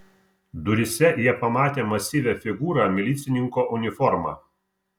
duryse jie pamatė masyvią figūrą milicininko uniforma